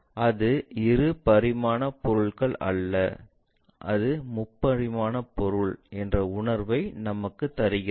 அது இரு பரிமாண பொருள் அல்ல அது முப்பரிமாண பொருள் என்ற உணர்வை நமக்குத் தருகிறது